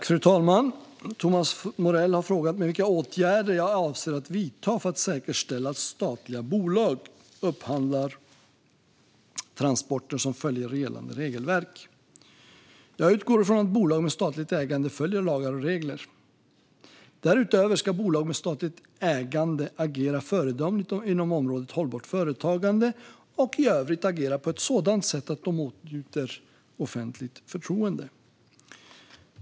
Fru talman! Thomas Morell har frågat mig vilka åtgärder jag avser att vidta för att säkerställa att statliga bolag upphandlar transporter som följer gällande regelverk. Jag utgår från att bolag med statligt ägande följer lagar och regler. Därutöver ska bolag med statligt ägande agera föredömligt inom området hållbart företagande och i övrigt agera på ett sådant sätt att de åtnjuter offentligt förtroende.